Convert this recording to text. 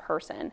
person